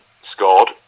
scored